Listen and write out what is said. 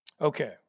Okay